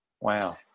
Wow